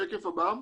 השקף הבא.